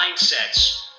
mindsets